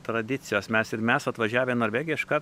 tradicijos mes ir mes atvažiavę į norvegiją iškart